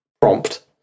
prompt